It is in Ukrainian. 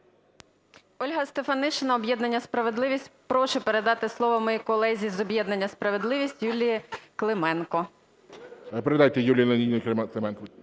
Ольга Стефанишина, об'єднання "Справедливість". Прошу передати слово моїй колезі з об'єднання "Справедливість" Юлії Клименко.